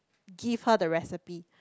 give her the recipe